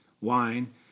wine